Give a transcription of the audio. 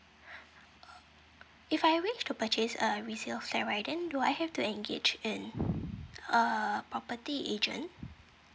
uh if I wish to purchase a resale flat right then do I have to engage in uh property agent